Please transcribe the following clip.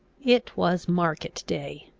it was market-day.